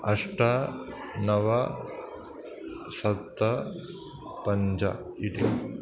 अष्ट नव सप्त पञ्च इति